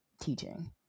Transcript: teaching